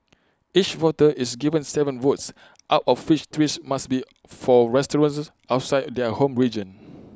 each voter is given Seven votes out of which three must be for restaurants outside their home region